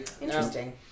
Interesting